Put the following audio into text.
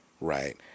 Right